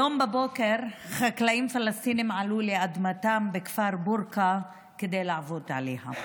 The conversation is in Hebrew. היום בבוקר חקלאים פלסטינים עלו לאדמתם בכפר בורקה כדי לעבוד עליה.